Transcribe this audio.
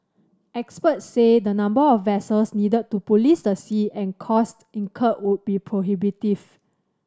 experts say the number of vessels needed to police the sea and cost incurred would be prohibitive